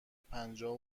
پنجاه